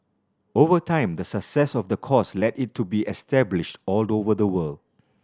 over time the success of the course led it to be established all over the world